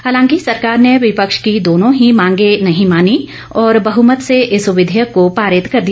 हालांकि सरकार ने विपक्ष की दोनों ही मांगें नहीं मानी और बहमत से इंस विधेयक को पारित कर दिया